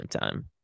time